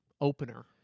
opener